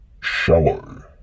shallow